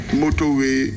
motorway